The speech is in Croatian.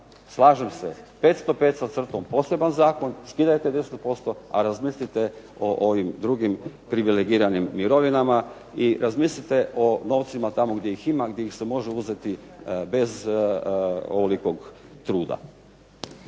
slažem se, 505 sa crtom, poseban zakon, skidajte 10%, a razmislite o ovim drugim privilegiranim mirovinama i razmislite o novcima tamo gdje ih ima, gdje ih se može uzeti bez ovolikog truda.